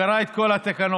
קרא את כל התקנון.